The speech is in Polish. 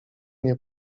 nie